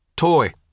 Toy